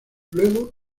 luego